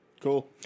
Cool